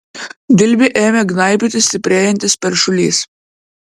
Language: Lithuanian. dilbį ėmė gnaibyti stiprėjantis peršulys